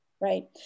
right